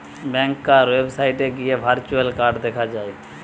ব্যাংকার ওয়েবসাইটে গিয়ে virtual card দেখা যায়